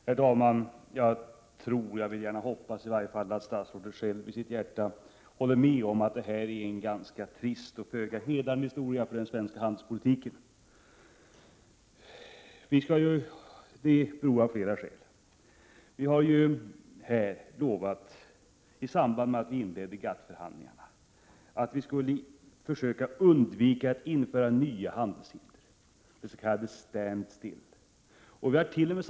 Herr talman! Jag vill gärna hoppas att statsrådet själv, i varje fall i sitt hjärta, håller med om att det här är ett ganska trist och föga hedrande inslag i den svenska handelspolitikens historia. Och det av flera skäl. För det första: I samband med att vi inledde GATT-förhandlingarna lovade vi att vi skulle försöka undvika att införa nya handelshinder, dvs. skulle tillämpa s.k. standstill. Vi hart.o.m.